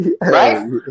Right